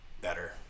better